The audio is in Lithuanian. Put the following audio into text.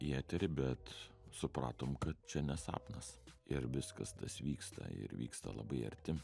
į eterį bet supratom kad čia ne sapnas ir viskas tas vyksta ir vyksta labai arti